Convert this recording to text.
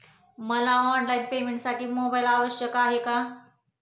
मला ऑनलाईन पेमेंटसाठी मोबाईल आवश्यक आहे का?